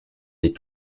des